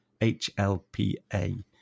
hlpa